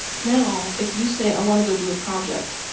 now, if you say i wanna go do a project.